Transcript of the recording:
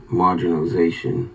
marginalization